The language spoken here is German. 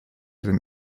den